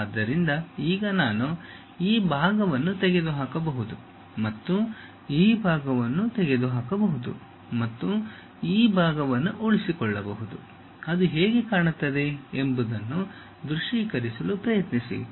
ಆದ್ದರಿಂದ ಈಗ ನಾನು ಈ ಭಾಗವನ್ನು ತೆಗೆದುಹಾಕಬಹುದು ಮತ್ತು ಈ ಭಾಗವನ್ನು ತೆಗೆದುಹಾಕಬಹುದು ಮತ್ತು ಈ ಭಾಗವನ್ನು ಉಳಿಸಿಕೊಳ್ಳಬಹುದು ಅದು ಹೇಗೆ ಕಾಣುತ್ತದೆ ಎಂಬುದನ್ನು ದೃಶ್ಯೀಕರಿಸಲು ಪ್ರಯತ್ನಿಸಿ